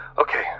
Okay